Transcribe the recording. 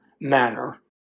manner